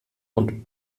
und